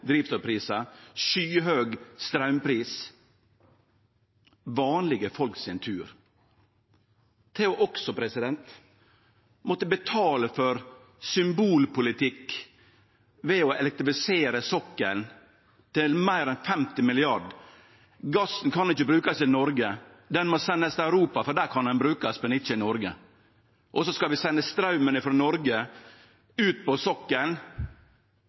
måtte betale for symbolpolitikk ved å elektrifisere sokkelen til meir enn 50 mrd. kr. Gassen kan ikkje brukast i Noreg, han må sendast til Europa, for der kan han brukast – men ikkje i Noreg. Og så skal vi sende straumen frå Noreg ut på